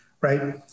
right